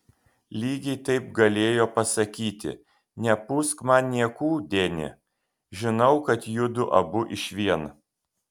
lygiai taip galėjo pasakyti nepūsk man niekų deni žinau kad judu abu išvien